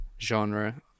genre